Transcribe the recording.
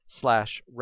slash